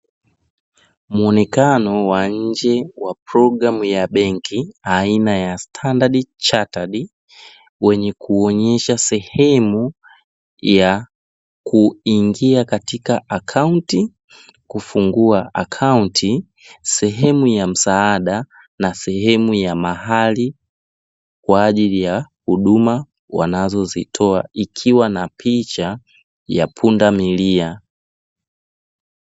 Muonekano wa nje wa programu ya benki aina ya "standard chartered", wenye kuonyesha sehemu ya kuingia katika akaunti, kufungua akaunti, sehemu ya msaada na sehemu ya mahali kwa ajili ya huduma wanazitoa, ikiwa na picha ya pundamilia.